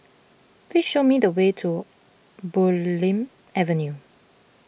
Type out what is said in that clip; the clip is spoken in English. please show me the way to Bulim Avenue